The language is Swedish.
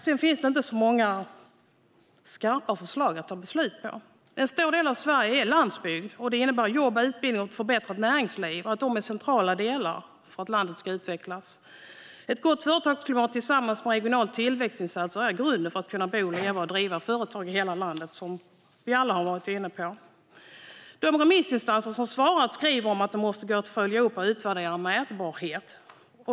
Sedan finns det inte så många skarpa förslag att fatta beslut om. En stor del av Sverige består av landsbygd. Det innebär att jobb, utbildning och ett förbättrat näringsliv är centrala delar för att landet ska utvecklas. Ett gott företagsklimat tillsammans med regionala tillväxtinsatser är grunden för att människor ska kunna bo och leva och driva företag i hela landet, som vi alla har varit inne på. De remissinstanser som har svarat skriver att det måste gå att följa upp och utvärdera mätbarhet.